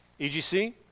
EGC